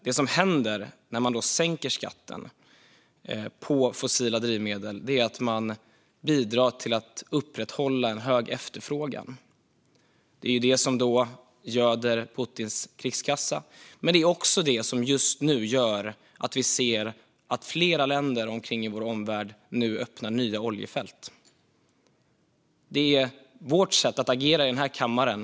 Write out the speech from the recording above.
Det som händer när man sänker skatten på fossila drivmedel är att man bidrar till att upprätthålla en hög efterfrågan. Det är det som göder Putins krigskassa, men det är också det som just nu gör att vi ser att flera länder runt omkring i vår omvärld nu öppnar nya oljefält. Det handlar om vårt sätt att agera i den här kammaren.